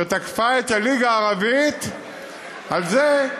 שתקפה את הליגה הערבית על זה,